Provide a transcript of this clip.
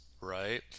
right